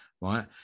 Right